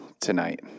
tonight